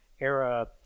era